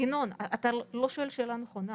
לא, ינון, אתה לא שואל שאלה נכונה.